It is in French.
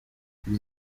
vous